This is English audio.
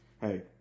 hey